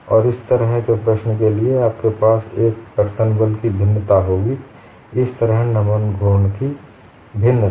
और इस तरह की प्रश्न के लिए आपके पास इस तरह कर्तन बल की भिन्नता होगी इस तरह नमन घूर्ण की भिन्नता